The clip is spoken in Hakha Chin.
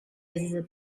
zeizat